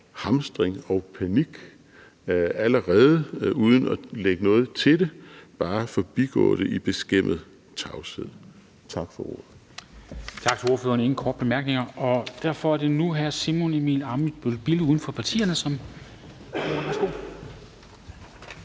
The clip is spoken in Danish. hamstring og panik allerede, uden at lægge noget til det og bare forbigå det i beskæmmet tavshed. Tak for ordet.